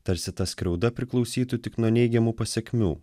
tarsi ta skriauda priklausytų tik nuo neigiamų pasekmių